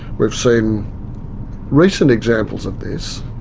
we've seen recent examples of this,